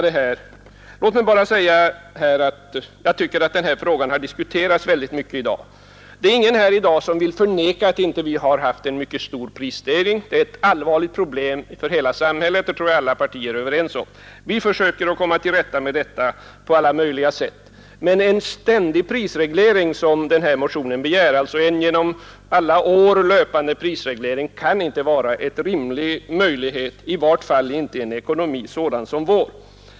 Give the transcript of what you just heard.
Den här frågan har diskuterats mycket i dag. Det är ingen här som vill förneka att vi har haft en mycket kraftig prisstegring. Jag tror att alla partier är överens om att det är ett allvarligt problem för hela samhället. Vi försöker komma till rätta med det på alla möjliga sätt. Men en ständig prisreglering som begärs i den här motionen, dvs. en genom alla år löpande prisreglering, kan inte vara rimlig, i varje fall inte i en ekonomi som vår.